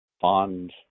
fond